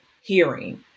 hearing